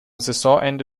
saisonende